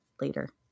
later